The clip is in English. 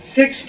six